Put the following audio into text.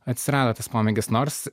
atsirado tas pomėgis nors